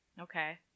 Okay